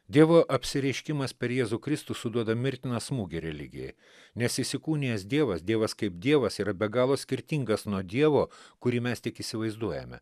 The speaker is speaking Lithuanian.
dievo apsireiškimas per jėzų kristų suduoda mirtiną smūgį religijai nes įsikūnijęs dievas dievas kaip dievas yra be galo skirtingas nuo dievo kurį mes tik įsivaizduojame